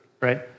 right